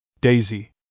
Daisy